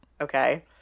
okay